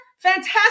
Fantastic